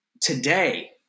today